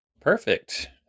Perfect